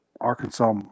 Arkansas